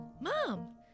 Mom